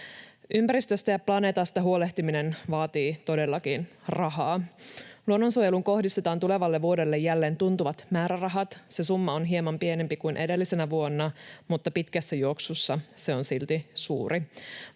Ympäristöstä ja planeetasta huolehtiminen vaatii todellakin rahaa. Luonnonsuojeluun kohdistetaan tulevalle vuodelle jälleen tuntuvat määrärahat. Se summa on hieman pienempi kuin edellisenä vuonna, mutta pitkässä juoksussa se on silti suuri.